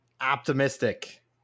optimistic